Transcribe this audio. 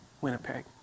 Winnipeg